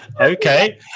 Okay